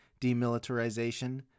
demilitarization